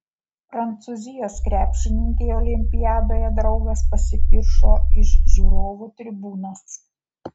prancūzijos krepšininkei olimpiadoje draugas pasipiršo iš žiūrovų tribūnos